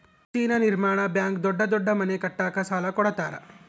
China ನಿರ್ಮಾಣ bank ದೊಡ್ಡ ದೊಡ್ಡ ಮನೆ ಕಟ್ಟಕ ಸಾಲ ಕೋಡತರಾ